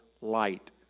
light